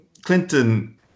Clinton